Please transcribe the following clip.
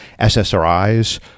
SSRIs